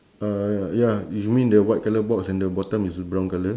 uh ya you mean the white colour box and the bottom is brown colour